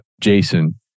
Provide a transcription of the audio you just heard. Jason